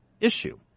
issue